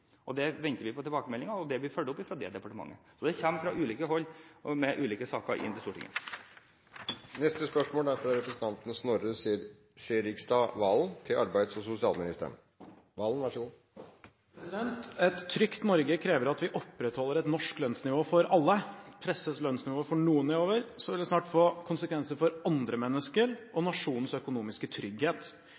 venter vi på tilbakemelding, og det blir fulgt opp av det departementet. Så det kommer fra ulike hold ulike saker til Stortinget. «Et trygt Norge krever at vi opprettholder et norsk lønnsnivå for alle. Presses lønnsnivået for noen nedover vil det snart få konsekvenser for andre mennesker og nasjonens økonomiske trygghet.